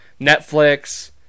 Netflix